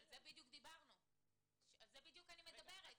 על זה בדיוק אני מדברת.